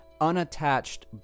unattached